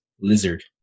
lizard